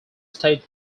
state